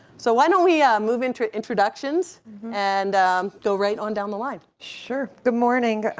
so why don't we move into introductions and go right on down the line. sure. good morning.